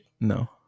no